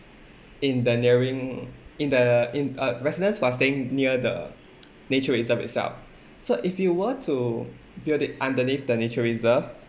in the nearing in the in uh residents who are staying near the nature reserve itself so if you were to build it underneath the nature reserve